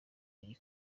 iyi